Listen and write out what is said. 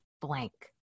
blank